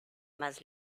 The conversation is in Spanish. más